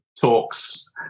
talks